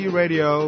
radio